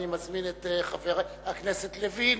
אני מזמין את חבר הכנסת לוין,